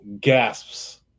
gasps